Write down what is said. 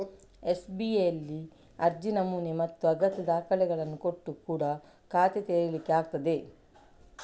ಎಸ್.ಬಿ.ಐನಲ್ಲಿ ಅರ್ಜಿ ನಮೂನೆ ಮತ್ತೆ ಅಗತ್ಯ ದಾಖಲೆಗಳನ್ನ ಕೊಟ್ಟು ಕೂಡಾ ಖಾತೆ ತೆರೀಲಿಕ್ಕೆ ಆಗ್ತದೆ